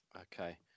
Okay